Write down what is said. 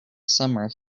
summer